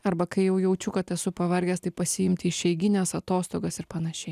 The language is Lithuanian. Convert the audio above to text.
arba kai jau jaučiu kad esu pavargęs tai pasiimti išeigines atostogas ir panašiai